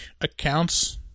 accounts